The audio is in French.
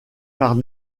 par